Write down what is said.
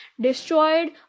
destroyed